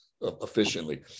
efficiently